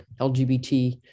LGBT